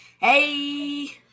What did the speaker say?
Hey